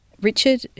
Richard